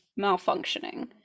malfunctioning